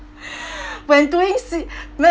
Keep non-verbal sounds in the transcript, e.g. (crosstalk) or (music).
(breath) when doing